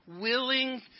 willing